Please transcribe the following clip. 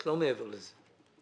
לא מעבר לזה.